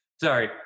Sorry